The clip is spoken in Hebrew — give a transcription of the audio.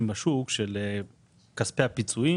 הוא סיים את הפעילות שלו בסוף חודש אפריל.